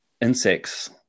insects